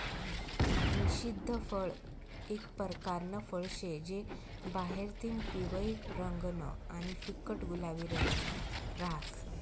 निषिद्ध फळ एक परकारनं फळ शे जे बाहेरतीन पिवयं रंगनं आणि फिक्कट गुलाबी रंगनं रहास